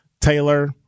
Taylor